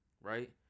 Right